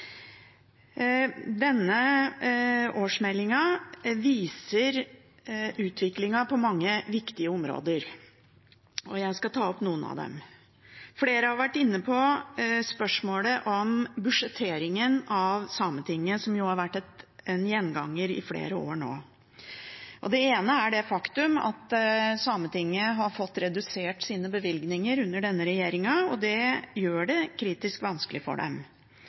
Denne årsmeldingen viser utviklingen på mange viktige områder, og jeg skal ta opp noen av dem. Flere har vært inne på spørsmålet om budsjetteringen av Sametinget, som har vært en gjenganger i flere år nå. Det ene er det faktum at Sametinget har fått redusert sine bevilgninger under denne regjeringen, og det gjør det kritisk vanskelig for dem.